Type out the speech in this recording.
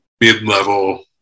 mid-level